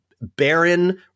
barren